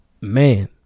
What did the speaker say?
Man